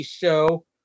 show